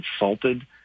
insulted